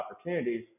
opportunities